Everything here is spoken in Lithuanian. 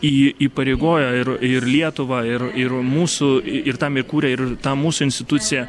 į įpareigoja ir ir lietuvą ir ir mūsų ir tam įkūrė ir tą mūsų instituciją